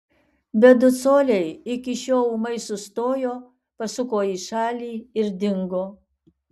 bet du coliai iki šio ūmai sustojo pasuko į šalį ir dingo